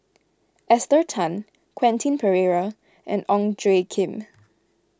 Esther Tan Quentin Pereira and Ong Tjoe Kim